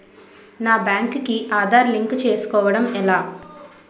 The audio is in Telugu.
నా బ్యాంక్ కి ఆధార్ లింక్ చేసుకోవడం ఎలా?